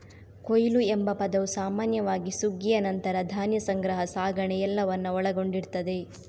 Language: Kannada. ಕೊಯ್ಲು ಎಂಬ ಪದವು ಸಾಮಾನ್ಯವಾಗಿ ಸುಗ್ಗಿಯ ನಂತರ ಧಾನ್ಯ ಸಂಗ್ರಹ, ಸಾಗಣೆ ಎಲ್ಲವನ್ನ ಒಳಗೊಂಡಿರ್ತದೆ